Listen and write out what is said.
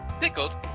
pickled